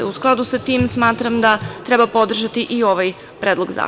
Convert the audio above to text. U skladu sa tim smatram da treba podržati i ovaj Predlog zakona.